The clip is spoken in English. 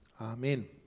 Amen